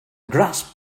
grasp